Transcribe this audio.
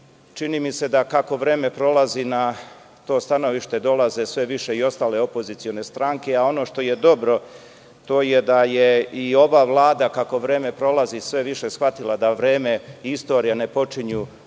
mi se da kako vreme prolazi na to stanovište dolaze sve više i ostale opozicione stranke, a ono što je dobro, to je da je i ova vlada, kako vreme prolazi, sve više shvatila da vreme i istorija ne počinju danom